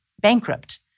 bankrupt